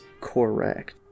Correct